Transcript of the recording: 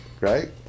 Right